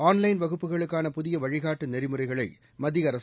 online வகுப்புகளுக்கான புதிய வழிகாட்டு நெறிமுறைகளை மத்திய அரசு